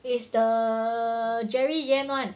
is the jerry yan one